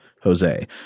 Jose